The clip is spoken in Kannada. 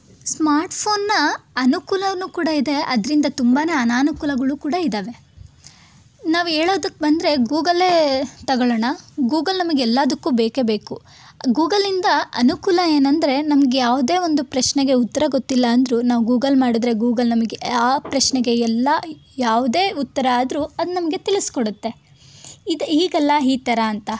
ಸ್ಮಾರ್ಟ್ ಫೋನ್ನ ಅನುಕೂಲನೂ ಕೂಡ ಇದೆ ಅದರಿಂದ ತುಂಬಾ ಅನನುಕೂಲಗಳು ಕೂಡ ಇದ್ದಾವೆ ನಾವು ಹೇಳೋದಕ್ಕ್ ಬಂದರೆ ಗೂಗಲೇ ತೊಗೊಳೋಣ ಗೂಗಲ್ ನಮಗೆ ಎಲ್ಲದಕ್ಕೂ ಬೇಕೇ ಬೇಕು ಗೂಗಲ್ಲಿಂದ ಅನುಕೂಲ ಏನಂದರೆ ನಮಗೆ ಯಾವುದೇ ಒಂದು ಪ್ರಶ್ನೆಗೆ ಉತ್ತರ ಗೊತ್ತಿಲ್ಲ ಅಂದರೂ ನಾವು ಗೂಗಲ್ ಮಾಡಿದ್ರೆ ಗೂಗಲ್ ನಮಗೆ ಯಾವ ಪ್ರಶ್ನೆಗೆ ಎಲ್ಲ ಯಾವುದೇ ಉತ್ತರ ಆದರೂ ಅದು ನಮಗೆ ತಿಳಿಸ್ಕೊಡುತ್ತೆ ಇದು ಹೀಗಲ್ಲ ಈ ಥರ ಅಂತ